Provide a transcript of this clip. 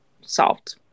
solved